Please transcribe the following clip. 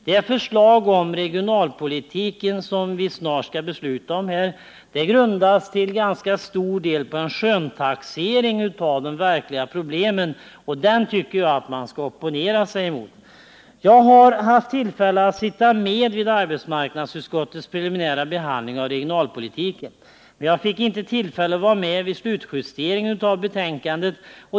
Det förslag om regionalpolitiken som vi snart skall besluta om grundas till stor del på en ”skönstaxering” av de verkliga problemen, och den tycker jag att man skall opponera sig mot. Jag har haft tillfälle att sitta med vid arbetsmarknadsutskottets preliminära behandling av regionalpolitiken, men jag fick inte tillfälle att vara med vid slutjusteringen av betänkandet.